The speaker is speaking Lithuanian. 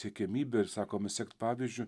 siekiamybė ir sakome sek pavyzdžiu